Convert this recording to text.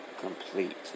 complete